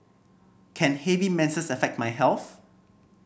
can heavy menses affect my health